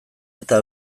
eta